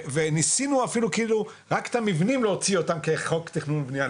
ניסינו אפילו כאילו רק את המבנים להוציא אותם כחוק תכנון ובנייה,